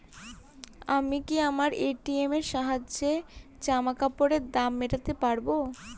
আমি কি আমার এ.টি.এম এর সাহায্যে জামাকাপরের দাম মেটাতে পারব?